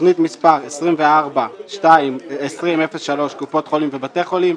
תוכנית מס' 242003 - קופות חולים ובתי חולים,